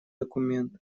документ